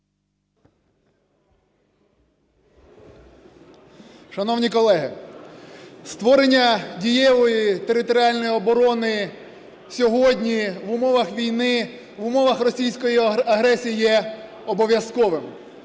Шановні колеги, створення дієвої територіальної оборони сьогодні в умовах війни, в умовах російської агресії є обов'язковим.